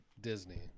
Disney